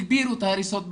הגבירו את ההריסות בנגב,